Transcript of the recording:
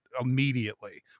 immediately